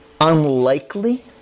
unlikely